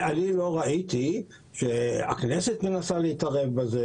אני לא ראיתי שהכנסת מנסה להתערב בזה,